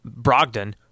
Brogdon